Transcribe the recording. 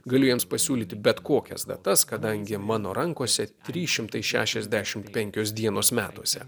galiu jiems pasiūlyti bet kokias datas kadangi mano rankose trys šimtai šešiasdešimt penkios dienos metuose